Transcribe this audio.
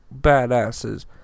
badasses